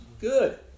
Good